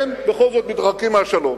הם בכל זאת מתרחקים מהשלום.